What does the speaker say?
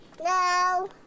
No